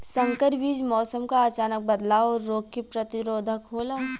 संकर बीज मौसम क अचानक बदलाव और रोग के प्रतिरोधक होला